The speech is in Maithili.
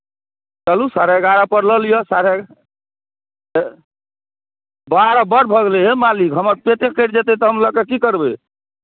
चलू साढ़े एगारह पर लऽ लिअ साढ़े बारह बड्ड भऽ गेलै हे मालिक हमर पेटे कटि जेतै तऽ हम लऽ कऽ की करबै